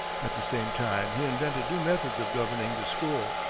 at the same time he invented new methods of governing the school.